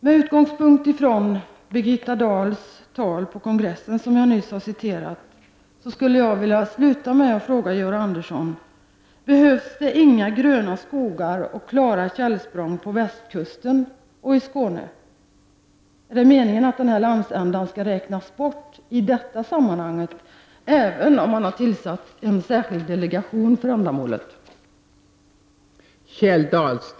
Med utgångspunkt från det tal som jag nyss redogjorde för som Birgitta Dahl höll på socialdemokraternas kongress vill jag avslutningsvis fråga Georg Andersson: Behövs det inga gröna skogar och klara källsprång på västkusten och i Skåne? Är det meningen att den landsändan skall räknas bort i detta sammanhang, även om regeringen har tillsatt en särskild delegation för ändamålet?